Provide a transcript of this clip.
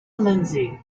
lindsey